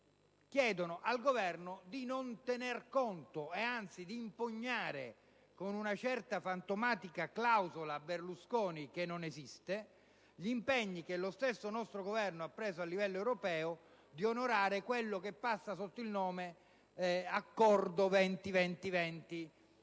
chiedono al Governo di non tener conto (ed anzi, di impugnarlo con una certa fantomatica clausola Berlusconi, che non esiste) dell'impegno che lo stesso nostro Governo ha preso a livello europeo di onorare quello che passa sotto il nome di Accordo 20-20-20,